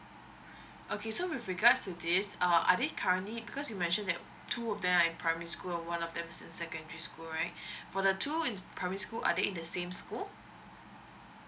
okay so with regards to this uh are they currently because you mention that two of them are in primary school one of them is in secondary school right for the two in primary school are they in the same school